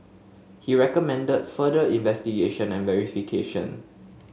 he recommended further investigation and verification